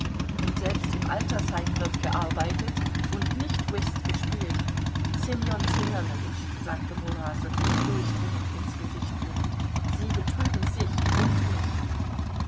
und selbst im altersheim wird gearbeitet und nicht whist gespielt ssemjon ssemjonowitsch sagte murasow ihm durchdringend ins gesicht blickend sie betrügen sich und mich